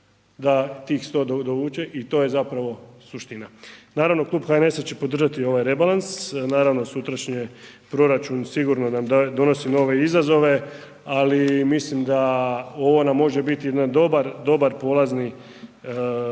da tih 100 dovuče i to je zapravo suština. Naravno klub HNS-a će podržati ovaj rebalansa, naravno sutrašnji proračun sigurno nam donosi nove izazove ali mislim da ovo nam može biti jedan dobar polazni